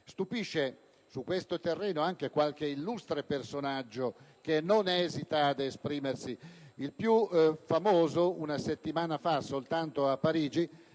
Stupisce, su questo terreno, anche qualche illustre personaggio, che non esita ad esprimersi. Il più famoso, soltanto una settimana fa a Parigi,